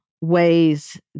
ways